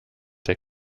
der